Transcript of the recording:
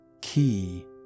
key